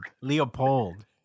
Leopold